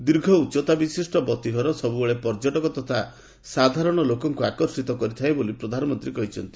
ଦୀର୍ଘ ଉଚ୍ଚତା ବିଶିଷ୍ଟ ବତୀଘର ସବୁବେଳେ ପର୍ଯ୍ୟଟକ ତଥା ସାଧାରଣ ଲୋକଙ୍କୁ ଆକର୍ଷିତ କରିଥାଏ ବୋଲି ପ୍ରଧାନମନ୍ତ୍ରୀ କହିଛନ୍ତି